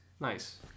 Nice